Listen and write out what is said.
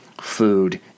food